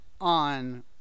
on